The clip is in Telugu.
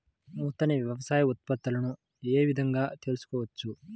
నూతన వ్యవసాయ ఉత్పత్తులను ఏ విధంగా తెలుసుకోవచ్చు?